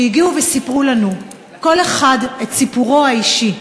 שהגיעו וסיפרו לנו כל אחד את סיפורו האישי,